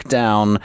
down